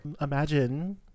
imagine